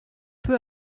peu